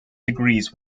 degrees